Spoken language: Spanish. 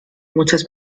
muchas